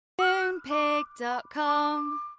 Moonpig.com